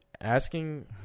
Asking